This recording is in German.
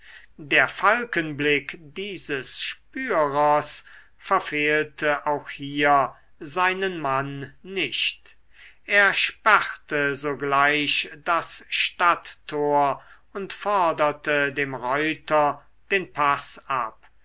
der falkenblick dieses spürers verfehlte auch hier seinen mann nicht er sperrte sogleich das stadttor und forderte dem reuter den paß ab